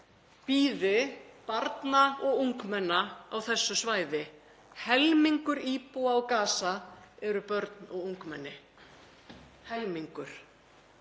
bíði barna og ungmenna á þessu svæði. Helmingur íbúa á Gaza eru börn og ungmenni. Tugþúsundir